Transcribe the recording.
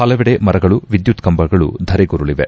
ಹಲವೆಡೆ ಮರಗಳು ವಿದ್ಯುತ್ ಕಂಬಗಳು ಧರೆಗುರುಳವೆ